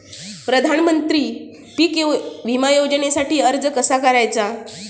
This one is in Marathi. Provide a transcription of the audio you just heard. प्रधानमंत्री पीक विमा योजनेसाठी अर्ज कसा करायचा?